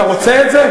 אתה רוצה את זה?